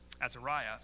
Azariah